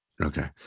Okay